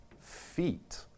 feet